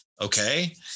Okay